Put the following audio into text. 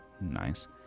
Nice